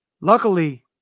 luckily